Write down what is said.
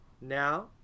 now